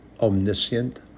omniscient